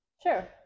Sure